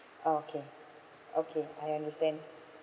okay okay I understand